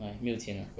why 没有钱 ah